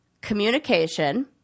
communication